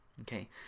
Okay